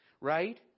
Right